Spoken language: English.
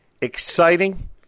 exciting